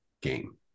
game